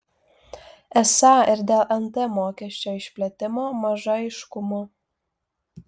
esą ir dėl nt mokesčio išplėtimo maža aiškumo